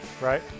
Right